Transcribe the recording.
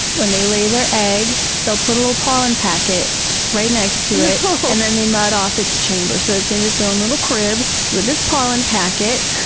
when they lay their egg they'll put a little pollen packet right next to it and then they mud off its chamber. so, it's in its own little crib with its pollen packet.